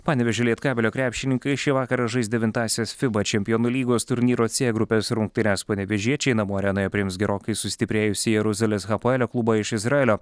panevėžio lietkabelio krepšininkai šį vakarą žais devintąsias fiba čempionų lygos turnyro c grupės rungtynes panevėžiečiai namų arenoje priims gerokai sustiprėjusį jeruzalės hapoelio klubą iš izraelio